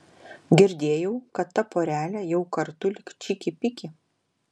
girdėjau kad ta porelė jau kartu lyg čiki piki